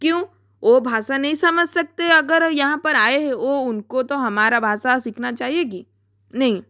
क्यों वो भाषा नहीं समझ सकते अगर यहाँ पर आए है वो उनको तो हमारा भाषा सीखना चाहिए ही नहीं